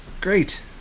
Great